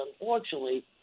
unfortunately